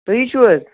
تُہی چھُو حظ